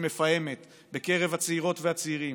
שמפעמת בקרב הצעירות והצעירים,